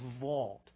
vault